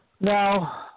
Now